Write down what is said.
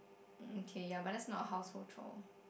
mm kay ya but that's not a household chore